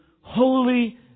holy